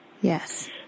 Yes